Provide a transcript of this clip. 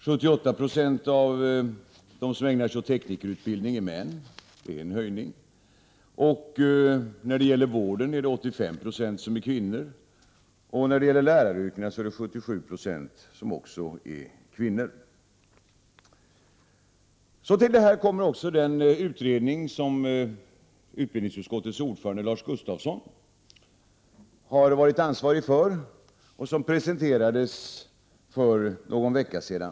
78 96 av dem som ägnar sig åt teknikerutbildning är män, det är en höjning. När det gäller vården är 85 960 kvinnor, och i fråga om läraryrkena är 77 9o kvinnor. Till detta kommer en utredning som utskottets ordförande Lars Gustafsson har varit ansvarig för och som presenterades för någon vecka sedan.